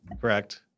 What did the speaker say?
correct